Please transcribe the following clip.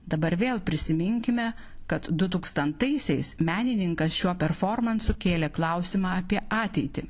dabar vėl prisiminkime kad dutūkstantaisiais menininkas šiuo performansu kėlė klausimą apie ateitį